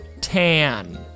Tan